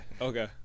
okay